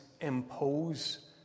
impose